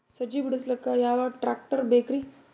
ಸಜ್ಜಿ ಬಿಡಿಸಿಲಕ ಯಾವ ಟ್ರಾಕ್ಟರ್ ಬೇಕ?